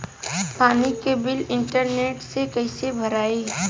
पानी के bill internet से कइसे भराई?